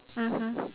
mmhmm